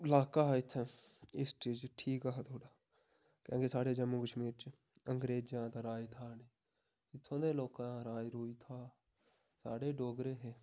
लाका हा इत्थें हिस्टरी च ठीक हा थोह्ड़ा क्युंकि साढ़े जम्मू कश्मीर च अंग्रेजें दा राज था नेईं इत्थुं दे लोकें दा राज रूज था साढ़े डोगरे हे